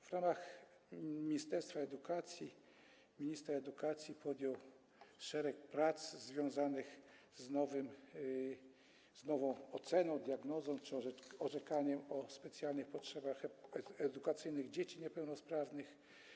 W ramach ministerstwa edukacji minister edukacji podjął szereg prac związanych z nową oceną, diagnozą czy orzekaniem o specjalnych potrzebach edukacyjnych dzieci niepełnosprawnych.